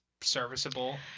serviceable